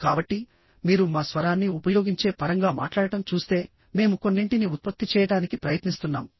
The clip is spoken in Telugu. కాబట్టి మీరు మా స్వరాన్ని ఉపయోగించే పరంగా మాట్లాడటం చూస్తే మేము కొన్నింటిని ఉత్పత్తి చేయడానికి ప్రయత్నిస్తున్నాం